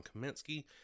Kaminsky